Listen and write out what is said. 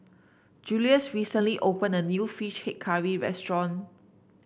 Julius recently opened a new fish head curry restaurant